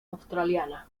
australiana